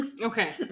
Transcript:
Okay